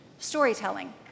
Storytelling